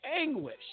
anguish